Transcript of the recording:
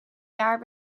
jaar